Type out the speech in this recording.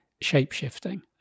shape-shifting